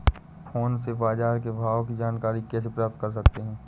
Phone से बाजार के भाव की जानकारी कैसे प्राप्त कर सकते हैं?